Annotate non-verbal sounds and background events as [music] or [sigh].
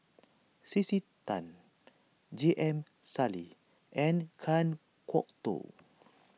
C C Tan J M Sali and Kan Kwok Toh [noise]